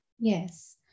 Yes